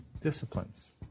disciplines